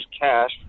cash